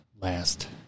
last